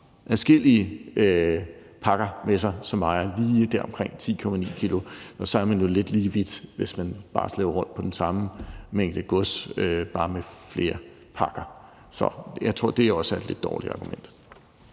har adskillige pakker med sig, som vejede lige deromkring 10,9 kg, og så er man jo ligesom lige vidt, hvis man slæber rundt på den samme mængde gods, men bare med flere pakker. Så jeg tror, at det også er et lidt dårligt argument.